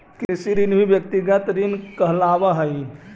कृषि ऋण भी व्यक्तिगत ऋण कहलावऽ हई